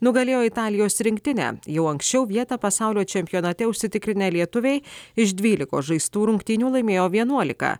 nugalėjo italijos rinktinę jau anksčiau vietą pasaulio čempionate užsitikrinę lietuviai iš dvylikos žaistų rungtynių laimėjo vienuoliką